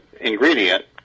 ingredient